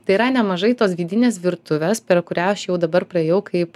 tai yra nemažai tos vidinės virtuvės per kurią aš jau dabar praėjau kaip